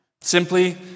Simply